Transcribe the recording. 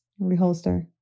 reholster